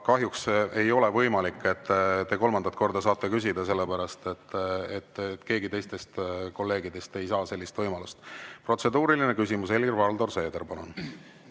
kahjuks ei ole võimalik, et te kolmandat korda saaksite küsida. Ka keegi teistest kolleegidest ei saa sellist võimalust. Protseduuriline küsimus, Helir-Valdor Seeder, palun!